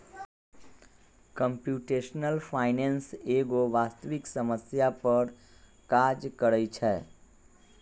computational finance एगो वास्तविक समस्या पर काज करइ छै